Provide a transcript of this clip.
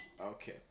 Okay